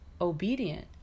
obedient